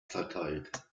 verteilt